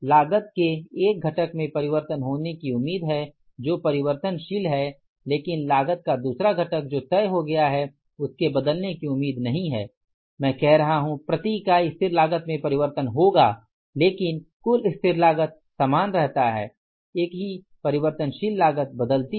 लागत के एक घटक में परिवर्तन होने की उम्मीद है जो परिवर्तनशील है लेकिन लागत का दूसरा घटक जो तय हो गया है उसके बदलने की उम्मीद नहीं है मैं कह रहा हूं प्रति यूनिट स्थिर लागत में परिवर्तन होगा लेकिन कुल स्थिर लागत समान रहता है एक ही परिवर्तनशील लागत बदलती है